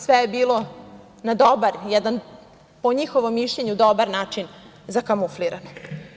Sve je bilo na jedan dobar, po njihovom mišljenju dobar način zakamuflirano.